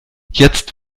jetzt